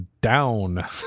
down